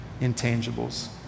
intangibles